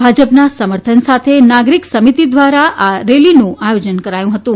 ભાજપના સમર્થન સાથે નાગરિક સમિતિ દ્વારા આ રેલીઓનું આયોજન કરાયું હતું